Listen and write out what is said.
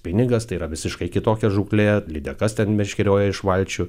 pinigas tai yra visiškai kitokia žūklė lydekas ten meškerioja iš valčių